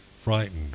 frightened